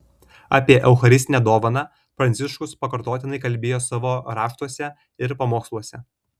apie eucharistinę dovaną pranciškus pakartotinai kalbėjo savo raštuose ir pamoksluose